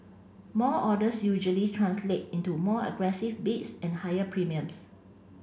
more orders usually translate into more aggressive bids and higher premiums